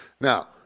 Now